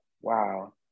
Wow